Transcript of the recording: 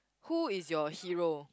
who is your hero